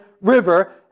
River